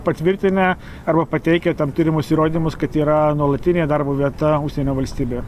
patvirtinę arba pateikę tam turimus įrodymus kad yra nuolatinė darbo vieta užsienio valstybėje